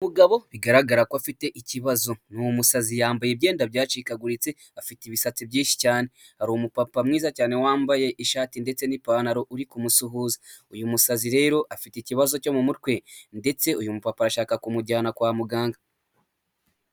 Umugabo bigaragara ko afite ikibazo. ni umusazi yambaye ibyenda byacikaguritse afite ibisatsi byinshi cyane. Hari umupapa mwiza cyane wambaye ishati ndetse n'ipantaro uri kumusuhuza. Uyu musazi rero afite ikibazo cyo mu mutwe ndetse uyu mupapa arashaka kumujyana kwa muganga.